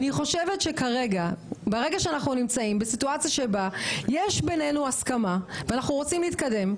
ברגע שאנחנו נמצאים בסיטואציה שבה יש בינינו הסכמה ואנחנו רוצים להתקדם,